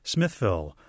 Smithville